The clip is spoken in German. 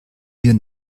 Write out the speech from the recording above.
wir